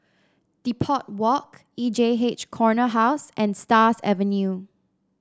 Depot Walk E J H Corner House and Stars Avenue